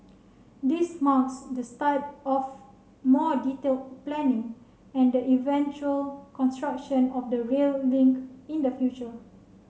this marks the start of more detailed planning and the eventual construction of the rail link in the future